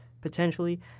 potentially